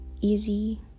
easy